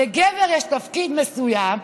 לגבר יש תפקיד מסוים,